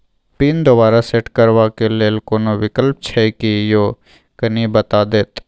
Pin दोबारा set करबा के लेल कोनो विकल्प छै की यो कनी बता देत?